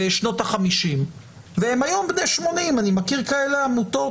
בשנות ה-50 והם היום בני 80. אני מכיר כאלה עמותות.